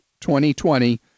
2020